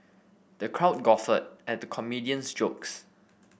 the crowd guffawed at the comedian's jokes